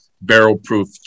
barrel-proof